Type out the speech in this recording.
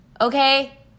Okay